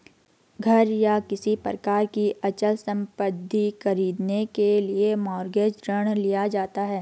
घर या किसी प्रकार की अचल संपत्ति खरीदने के लिए मॉरगेज ऋण लिया जाता है